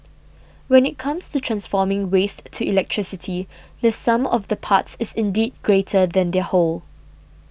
when it comes to transforming waste to electricity the sum of the parts is indeed greater than their whole